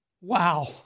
Wow